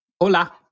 Hola